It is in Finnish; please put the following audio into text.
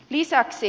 lisäksi